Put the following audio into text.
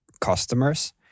customers